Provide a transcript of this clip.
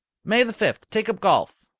may the fifth, take up golf.